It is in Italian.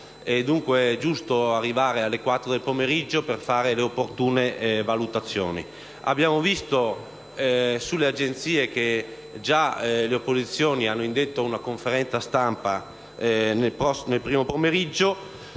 dunque giusto attendere le ore 16 per fare le opportune valutazioni. Abbiamo letto dalle agenzie che le opposizioni hanno già indetto una conferenza stampa nel primo pomeriggio.